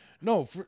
No